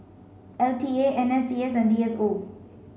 L T A N S C S and D S O